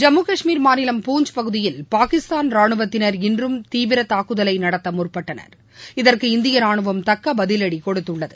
ஜம்மு காஷ்மீர் மாநிலம் பூஞ்ச் பகுதியில் பாகிஸ்தான் ரானுவத்தினர் இன்று குண்டுவீச்சு தாக்குதலை நடத்த முற்பட்டனர் இதற்கு இந்திய ராணுவம் தக்க பதிவடி கொடுத்துள்ளது